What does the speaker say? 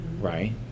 right